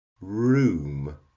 room